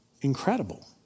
incredible